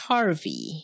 Harvey